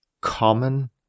common